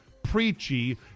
preachy